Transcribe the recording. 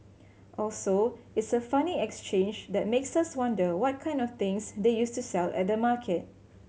also it's a funny exchange that makes us wonder what kind of things they used to sell at the market